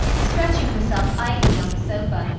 stretching herself idly on the sofa,